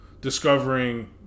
discovering